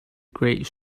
great